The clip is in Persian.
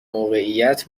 موقعیت